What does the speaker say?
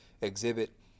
exhibit